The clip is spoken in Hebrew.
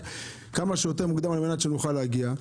כמה שיותר מוקדם על מנת שנוכל להגיע.